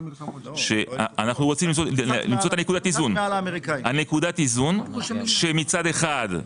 אנחנו רוצים למצוא נקודת איזון שמצד אחד,